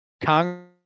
Congress